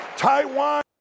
Taiwan